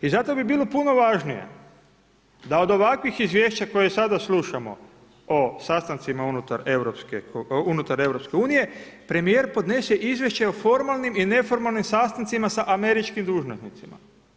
I zato bi bilo puno važnije, da od ovakvih izvješća koje sada slušamo o sastancima unutar EU, premjer podnese izvješće o formalnim i o neformalnim sastancima sa američkim dužnosnicima.